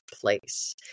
place